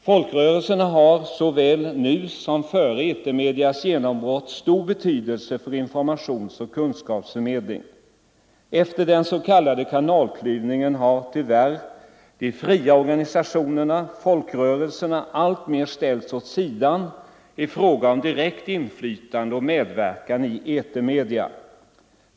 Folkrörelserna har såväl nu som före etermediernas genombrott stor betydelse för informationsoch kunskapsförmedlingen. Efter den s.k. kanalklyvningen har tyvärr de fria organisationerna, folkrörelserna, alltmer ställts åt sidan i fråga om direkt inflytande och medverkan i etermedia.